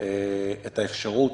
את האפשרות,